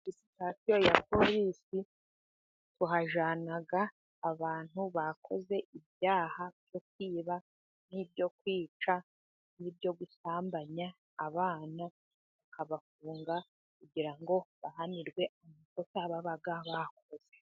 Sitasiyo ya polisi tuhajyana abantu bakoze ibyaha byo kwiba, ni ibyo kwica, ni ibyo gusambanya abana bakabafunga, kugira ngo bahanirwe amakosa baba bakoze.